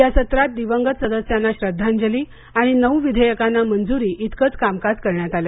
या सत्रात दिवंगत सदस्यांना श्रद्धांजली आणि नऊ विधेयकांना मंजुरी इतकंच कामकाज या सत्रात करण्यात आलं